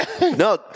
No